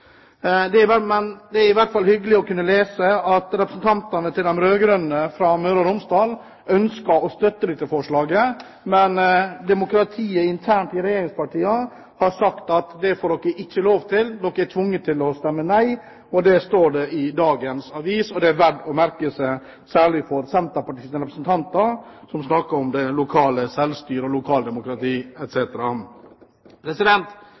Det er i hvert fall hyggelig å kunne lese at de rød-grønne representantene fra Møre og Romsdal ønsker å støtte dette forslaget, men demokratiet internt i regjeringspartiene har sagt at de ikke får lov til det, de er tvunget til å stemme nei. Det står det i dagens aviser. Det er verdt å merke seg, særlig når det gjelder Senterpartiets representanter, som snakker om det lokale selvstyret, lokaldemokrati